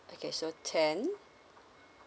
okay so ten